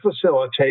facilitate